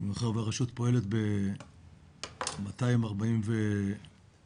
מאחר שהרשות פועלת ב-243 רשויות,